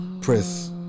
Press